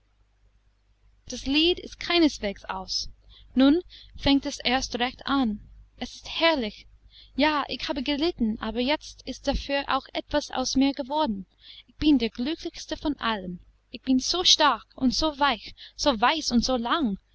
das lied ist keineswegs aus nun fängt es erst recht an es ist herrlich ja ich habe gelitten aber jetzt ist dafür auch etwas aus mir geworden ich bin der glücklichste von allen ich bin so stark und so weich so weiß und so lang